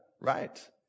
right